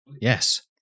Yes